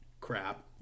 crap